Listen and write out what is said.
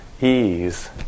ease